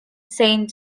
saint